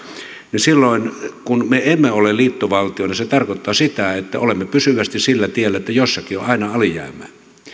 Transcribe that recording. ja koska me emme ole liittovaltio niin se tarkoittaa sitä että olemme pysyvästi sillä tiellä että jossakin on aina